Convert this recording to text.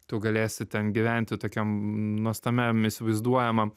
tu galėsi ten gyventi tokiam m nuostamiam įsivaizduojamam